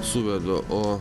suvedu o